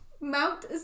Mount